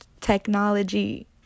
technology